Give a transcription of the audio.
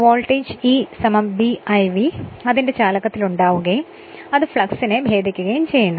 voltage E B I V അതിന്റെ ചാലകത്തിൽ ഉണ്ടാവുകയും അത് ഫ്ളക്സിനെ ഭേദിക്കുകയും ചെയ്യുന്നു